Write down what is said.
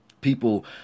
people